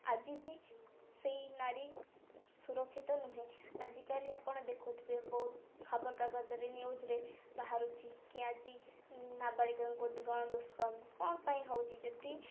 ଆଜିବି ସେହି ନାରୀ ସୁରକ୍ଷିତ ନୁହେଁ ଆଜିକାଲି ଆପଣ ଦେଖୁଥିବେ ବହୁତ ଖବରକାଗଜରେ ନ୍ୟୁଜ୍ରେ ବାହାରୁଛି କି ଆଜି ନାବାଳିକାକୁ ଗଣଦୁଷ୍କର୍ମ କ'ଣ ପାଇଁ ହେଉଛି ଯଦି